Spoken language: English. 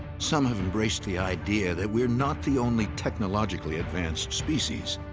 some have embraced the idea that we're not the only technologically advanced species,